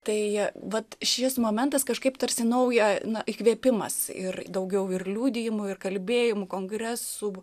tai vat šis momentas kažkaip tarsi nauja na įkvėpimas ir daugiau ir liudijimų ir kalbėjimų kongresų